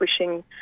wishing